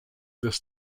this